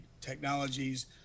technologies